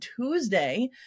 Tuesday